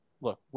look